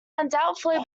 undoubtedly